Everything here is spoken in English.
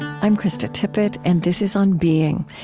i'm krista tippett, and this is on being.